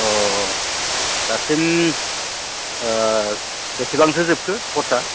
अ दासिम बेसेबांसो जोबखो कर्सआ